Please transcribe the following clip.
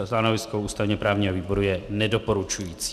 Stanovisko ústavněprávního výboru je nedoporučující.